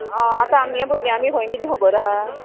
आं आतां आमगे भुरग्यां बी खंय किदें खबर आहा